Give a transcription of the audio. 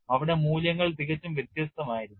അവിടെ മൂല്യങ്ങൾ തികച്ചും വ്യത്യസ്തമായിരിക്കും